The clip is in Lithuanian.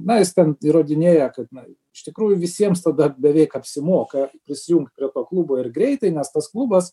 na jis ten įrodinėja kad na iš tikrųjų visiems tada beveik apsimoka prisijungt prie klubo ir greitai nes tas klubas